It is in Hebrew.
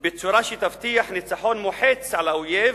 בצורה שתבטיח ניצחון מוחץ על האויב